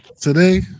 today